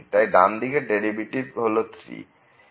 তাই ডানদিকের ডেরিভেটিভ হল 3